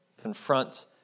confront